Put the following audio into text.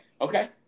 Okay